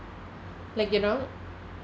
like you know